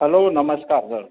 hello નમસ્કાર sir